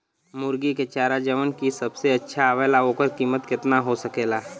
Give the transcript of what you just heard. मुर्गी के चारा जवन की सबसे अच्छा आवेला ओकर कीमत केतना हो सकेला?